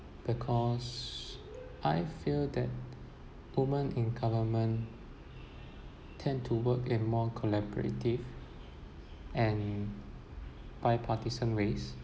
because I feel that women in government tend to work in more collaborative and bipartisan ways